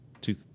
two